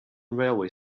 railway